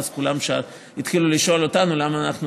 ואז כולם התחילו לשאול אותנו למה אנחנו